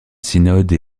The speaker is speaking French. synode